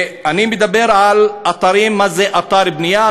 אני מדבר על אתרים, מה זה אתר בנייה?